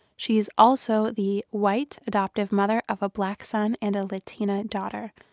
she is also the white adoptive mother of a black son and a latina daughter.